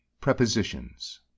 PREPOSITIONS